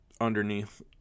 underneath